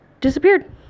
disappeared